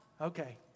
Okay